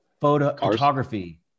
photography